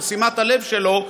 של שימת הלב שלו,